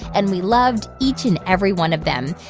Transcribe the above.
and we loved each and every one of them.